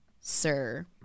Sir